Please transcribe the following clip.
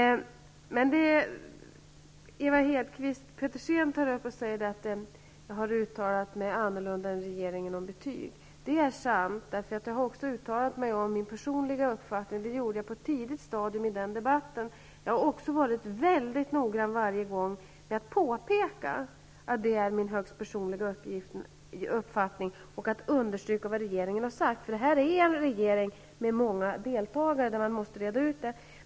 Ewa Hedkvist Petersen säger att jag har uttalat mig annorlunda än regeringen om betyg. Det är sant, därför att jag har uttalat mig om min personliga uppfattning. Det gjorde jag på ett tidigt stadium i den debatten. Jag har varit väldigt noga med att varje gång påpeka att det är min högst personliga uppfattning och att understryka vad regeringen har sagt. Det är ju en regering med många deltagare; det måste man reda ut.